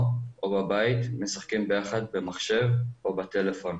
או בבית משחקים ביחד במחשב או בטלפון.